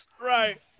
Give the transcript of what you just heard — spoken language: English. Right